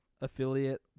affiliate